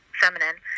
feminine